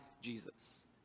Jesus